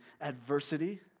adversity